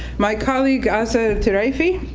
my colleague, azza al-tiraifi,